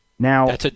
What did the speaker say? Now